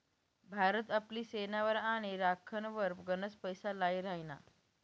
भारत आपली सेनावर आणि राखनवर गनच पैसा लाई राहिना